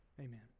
Amen